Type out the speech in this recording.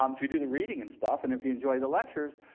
um if you do the reading and stuff, and if you enjoy the lectures,